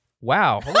Wow